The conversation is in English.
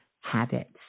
habits